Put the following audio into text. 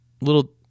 little